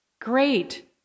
Great